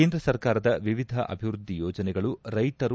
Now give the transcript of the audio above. ಕೇಂದ್ರ ಸರ್ಕಾರದ ವಿವಿಧ ಅಭಿವೃದ್ದಿ ಯೋಜನೆಗಳು ರೈತರು